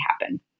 happen